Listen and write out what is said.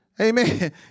Amen